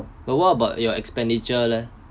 but what about your expenditure leh